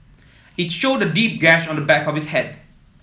it showed a deep gash on the back of his head